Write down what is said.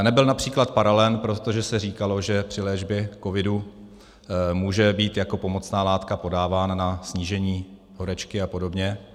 Nebyl například paralen, protože se říkalo, že při léčbě COVIDu může být jako pomocná látka podávána na snížení horečky a podobně.